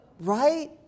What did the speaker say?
right